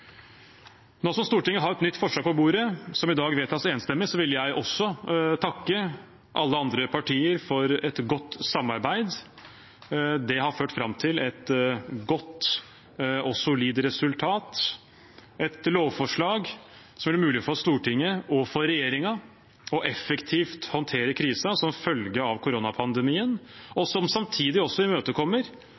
Nå som Stortinget har et nytt forslag på bordet, som i dag vedtas enstemmig, vil jeg også takke alle andre partier for et godt samarbeid. Det har ført fram til et godt og solid resultat, et lovforslag som gjør det mulig for Stortinget og for regjeringen effektivt å håndtere krisen som følge av koronapandemien, og som samtidig imøtekommer